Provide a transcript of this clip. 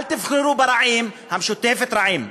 אל תבחרו ברעים, המשותפת רעים,